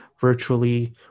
virtually